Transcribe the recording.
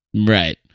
Right